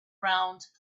round